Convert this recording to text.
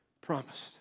promised